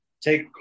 take